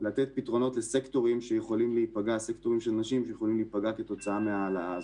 לתת פתרונות לסקטורים של נשים שיכולים להיפגע כתוצאה מההעלאה הזאת.